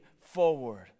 forward